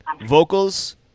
Vocals